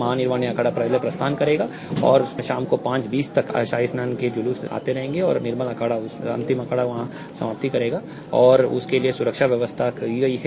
माननीय अखाड़ा परिषद वहां प्रस्थान करेगा और शाम को पांच बीस तक शाही स्नान के जुलूस आते रहेंगे और निर्मल अखाड़ा और क्रांतिय अखाड़ा वहां समाप्ति करेगा और उसके लिये सुरक्षा व्यवस्था की गई है